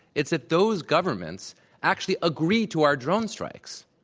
it's that those governments actually agreed to our drone strikes.